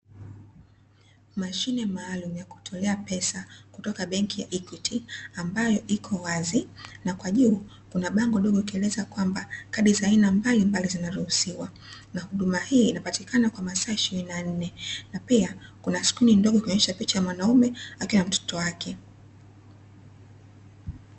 Mashine maalumu ya kutolea pesa kutoka benki ya "Equity", ambayo ipo wazi na kwa juu kuna bango dogo, likieleza kwamba kadi za aina mbalimbali zinaruhusiwa, na huduma hii inapatikana kwa masaa ishirini na nne, na pia kuna skrini ndogo ikionyesha picha ya mwanaume akiwa na mtoto wake.